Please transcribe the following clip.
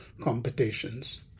competitions